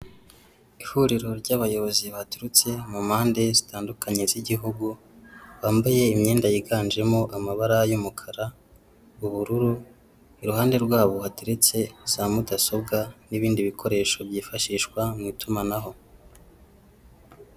Ihuriro ry'abayobozi baturutse mu mpande zitandukanye z'igihugu bambaye imyenda yiganjemo amabara' y'umukara, ubururu iruhande rwabo hateretse za mudasobwa n'ibindi bikoresho byifashishwa mu itumanaho.